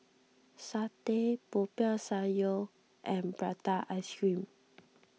Satay Popiah Sayur and Prata Ice Cream